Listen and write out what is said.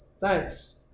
thanks